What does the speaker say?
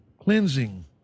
cleansing